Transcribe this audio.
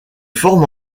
forme